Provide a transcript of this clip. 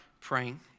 praying